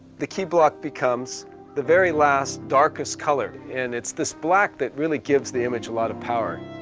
the key block becomes the very last darkest color and it's this black that really gives the image a lot of power.